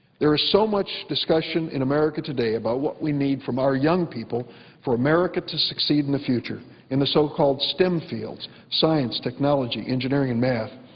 there is so much discussion in america today about what we need from our young people for america to succeed in the future in the so-called stem fields. science, technology, engineering and math.